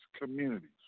communities